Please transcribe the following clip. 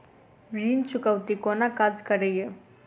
ऋण चुकौती कोना काज करे ये?